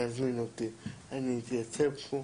אני אתייצב פה.